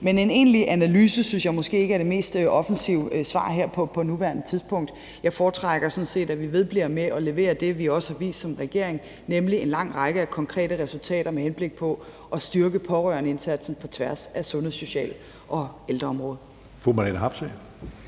Men en egentlig analyse synes jeg måske ikke er det mest offensive svar her på nuværende tidspunkt. Jeg foretrækker sådan set, at vi vedbliver med at levere det, vi også har vist som regering, nemlig en lang række af konkrete resultater med henblik på at styrke pårørendeindsatsen på tværs af sundheds-, social- og ældreområdet.